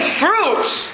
fruits